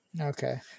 Okay